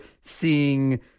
seeing